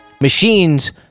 machines